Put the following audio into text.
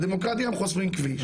הדמוקרטיה אם חוסמים כביש.